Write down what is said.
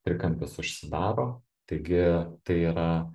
trikampis užsidaro taigi tai yra